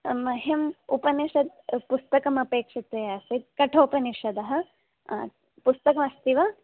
मह्यम् उपनिषत् पुस्तकमपेक्ष्यते असीत् कठोपनिषदः पुस्तकमस्ति वा